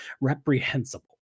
reprehensible